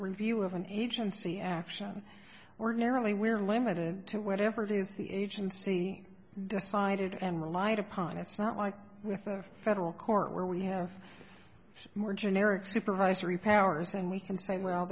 review of an agency action ordinarily we're limited to whatever dude the agency decided and relied upon it's not like with a federal court where we have it's more generic supervisory powers and we can say well